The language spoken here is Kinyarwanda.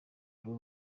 uru